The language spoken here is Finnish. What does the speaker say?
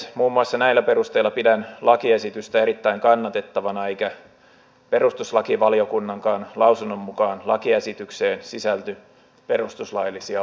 muun muassa näillä perusteilla pidän lakiesitystä erittäin kannatettavana eikä perustuslakivaliokunnankaan lausunnon mukaan lakiesitykseen sisälly perustuslaillisia ongelmia